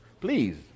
Please